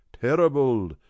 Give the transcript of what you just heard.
terrible